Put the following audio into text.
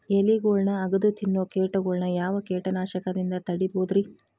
ಎಲಿಗೊಳ್ನ ಅಗದು ತಿನ್ನೋ ಕೇಟಗೊಳ್ನ ಯಾವ ಕೇಟನಾಶಕದಿಂದ ತಡಿಬೋದ್ ರಿ?